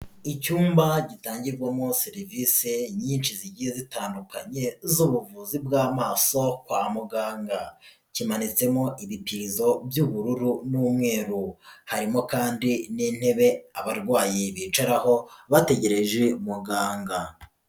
Icyumba gitangirwamo serivisi nyinshi zigiye zitandukanye z'ubuvuzi bw'amaso kwa muganga, kimanitsemo ibipirizo by'ubururu n'umweru, harimo kandi n'intebe abarwayi bicaraho bategereje muganga.